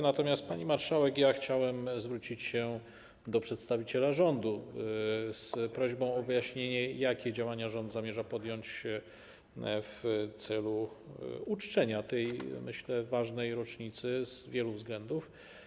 Natomiast, pani marszałek, chciałem zwrócić się do przedstawiciela rządu z prośbą o wyjaśnienie, jakie działania rząd zamierza podjąć w celu uczczenia tej, myślę, ważnej rocznicy z wielu względów.